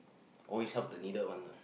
oh is help the needle one lah